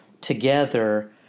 together